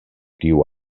tiu